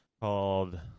called